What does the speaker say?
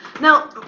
Now